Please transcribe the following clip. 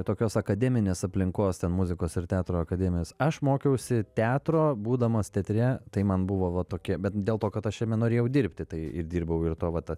tokios akademinės aplinkos ten muzikos ir teatro akademijos aš mokiausi teatro būdamas teatre tai man buvo va tokia bet dėl to kad aš jame norėjau dirbti tai ir dirbau ir tuo vat